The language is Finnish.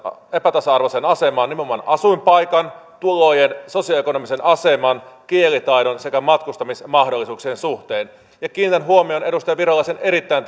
epätasa arvoiseen asemaan nimenomaan asuinpaikan tulojen sosioekonomisen aseman kielitaidon sekä matkustamismahdollisuuksien suhteen kiinnitän huomion edustaja virolaisen erittäin